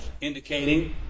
indicating